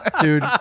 dude